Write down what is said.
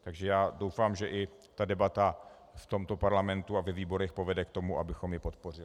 Takže já doufám, že i ta debata v tomto parlamentu a ve výborech povede k tomu, abychom ji podpořili.